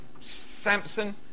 Samson